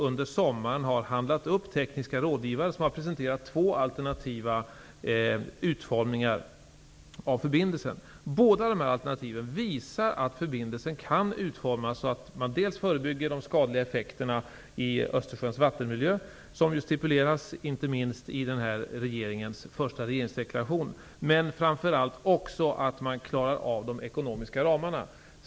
Under sommaren har man handlat upp tekniska rådgivare, som har presenterat två alternativa utformningar av förbindelsen. Båda dessa alternativ visar att förbindelsen kan utformas så att man förebygger skadliga effekter i Östersjöns vattenmiljö, något som ju stipuleras i denna regerings första regeringsdeklaration. Men de visar framför allt också att man klarar av att hålla sig inom de ekonomiska ramarna.